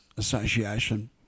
association